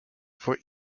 voor